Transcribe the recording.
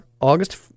August